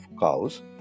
cows